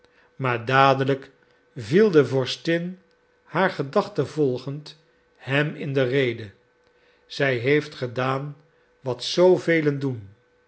maar dadelijk viel de vorstin haar gedachte vervolgend hem in de rede zij heeft gedaan wat zoovelen doen